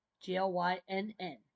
G-L-Y-N-N